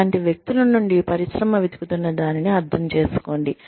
మీలాంటి వ్యక్తుల నుండి పరిశ్రమ వెతుకుతున్న దానిని అర్థం చేసుకోండి